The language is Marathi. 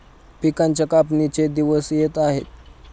पिकांच्या कापणीचे दिवस येत आहेत